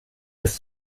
bis